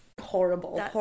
horrible